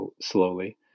slowly